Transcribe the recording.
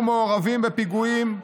היו מעורבים בפיגועים,